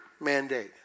mandate